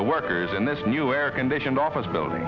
to workers in this new air conditioned office building